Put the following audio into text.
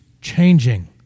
changing